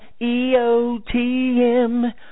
EOTM